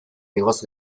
igoz